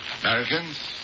Americans